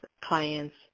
clients